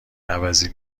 عوضی